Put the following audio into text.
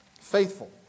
faithful